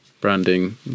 branding